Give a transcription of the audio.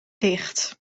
dicht